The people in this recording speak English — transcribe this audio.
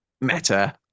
Meta